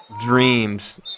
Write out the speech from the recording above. dreams